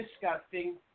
disgusting